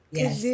Yes